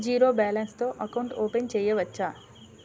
Zero balance తో account open చేయవచ్చు?